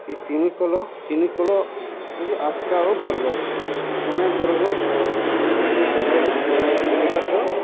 ଏଇ ତିନିିକୋଲ ଚିନିିକଳ ହେଉଛି ଆସ୍କା ଓ ବରଗଡ଼ ସିମେଣ୍ଟ ବରଗଡ଼ ସିମେଣ୍ଟ ଭିତରେ ବରଗଡ଼ ଓ ଗୁଜୁରାଟର